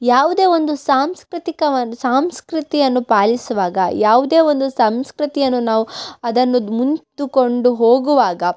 ಯಾವುದೇ ಒಂದು ಸಾಂಸ್ಕೃತಿಕವನ್ನು ಸಂಸ್ಕೃತಿಯನ್ನು ಪಾಲಿಸುವಾಗ ಯಾವುದೇ ಒಂದು ಸಂಸ್ಕೃತಿಯನ್ನು ನಾವು ಅದನ್ನು ಮುಂತುಕೊಂಡು ಹೋಗುವಾಗ